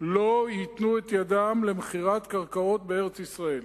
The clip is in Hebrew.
לא ייתנו את ידם למכירת קרקעות בארץ-ישראל.